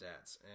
stats